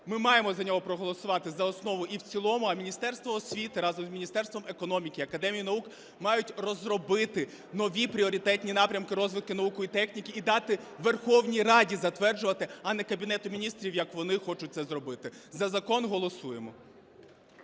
Ми маємо за нього проголосувати за основу і в цілому. А Міністерство освіти разом з Міністерством економіки і Академією наук мають розробити нові пріоритетні напрямки розвитку науки і техніки і дати Верховній Раді затверджувати, а не Кабінету Міністрів, як вони хочуть це зробити. За закон голосуємо.